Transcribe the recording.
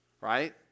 right